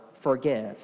forgive